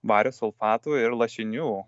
vario sulfatų ir lašinių